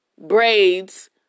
braids